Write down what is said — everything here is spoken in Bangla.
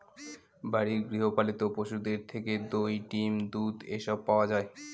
বাড়ির গৃহ পালিত পশুদের থেকে দই, ডিম, দুধ এসব পাওয়া যায়